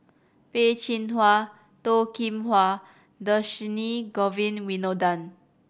Peh Chin Hua Toh Kim Hwa and Dhershini Govin Winodan